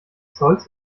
zolls